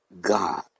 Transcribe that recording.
God